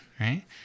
Right